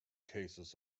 cases